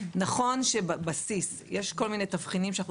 נכון שבבסיס יש כל מיני תבחינים שאנחנו